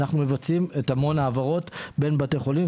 אנחנו מבצעים המון העברות בין בתי החולים,